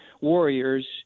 warriors